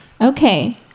Okay